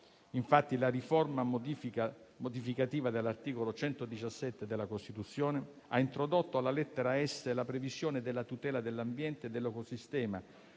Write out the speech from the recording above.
Infatti, la riforma modificativa dell'articolo 117 della Costituzione ha introdotto, alla lettera *s)*, la previsione della tutela dell'ambiente e dell'ecosistema